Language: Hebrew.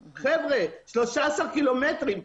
חבר'ה, 13 קילומטרים.